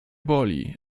boli